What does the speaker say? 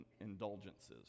indulgences